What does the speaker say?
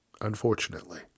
Unfortunately